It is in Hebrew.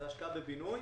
ההשקעה בבינוי